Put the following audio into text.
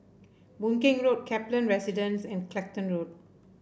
Boon Keng Road Kaplan Residence and Clacton Road